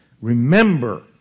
remember